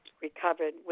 Recovered